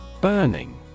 Burning